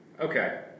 Okay